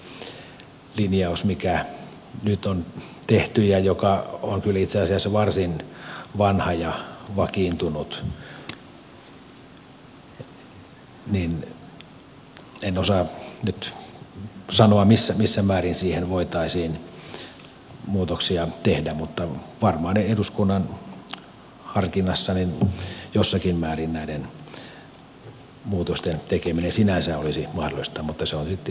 mitä tulee siihen linjaukseen joka nyt on tehty ja joka on kyllä itse asiassa varsin vanha ja vakiintunut niin en osaa nyt sanoa missä määrin siihen voitaisiin muutoksia tehdä mutta varmaan eduskunnan harkinnassa jossakin määrin näiden muutosten tekeminen sinänsä olisi mahdollista mutta se on sitten tietysti eduskunnan päätettävä asia